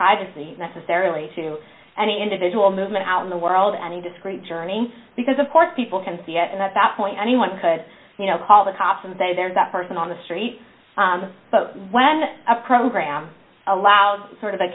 necessarily to any individual movement out in the world any discrete journey because of course people can see it and at that point anyone could you know call the cops and say there's that person on the street but when a program allows sort of a